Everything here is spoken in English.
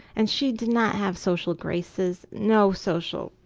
and she did not have social graces, no social,